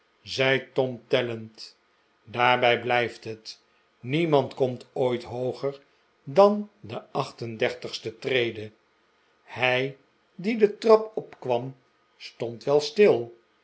zei tom tellend daarbij blijft het niemand komt ooit hooger dan de acht en dertigste trede hij die de trap opkwam stond wel stil